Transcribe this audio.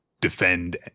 defend